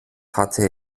hatte